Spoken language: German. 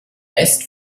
rest